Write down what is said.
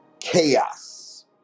chaos